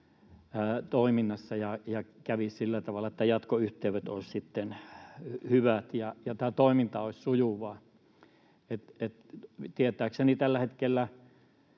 toiminnassa ja kävisi sillä tavalla, että jatkoyhteydet olisivat hyvät ja toiminta olisi sujuvaa. Tietääkseni tällä hetkellä